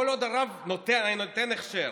כל עוד הרב הנותן הכשר,